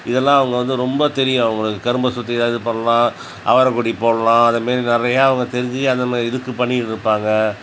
இதெல்லாம் அவங்க வந்து ரொம்ப தெரியும் அவங்களுக்கு கரும்பை சுற்றி ஏதாவது பண்ணலாம் அவரைக்கொடி போடலாம் அது மாதிரி நிறைய அவங்க தெரிஞ்சு அந்த மாதிரி இதுக்கு பண்ணிக்கிட்டு இருப்பாங்க